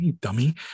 dummy